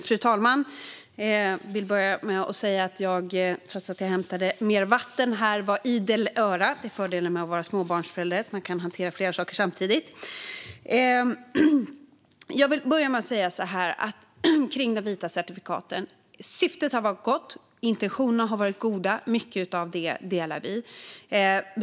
Fru talman! Jag vill börja med att säga att jag trots att jag hämtade mer vatten var idel öra. Det är fördelen med att vara småbarnsförälder - man kan hantera flera saker samtidigt. Jag vill säga så här om de vita certifikaten: Syftet har varit gott. Intentionerna har varit goda. Mycket av det här instämmer vi i.